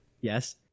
yes